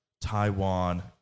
Taiwan